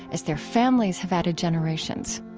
as their families have added generations.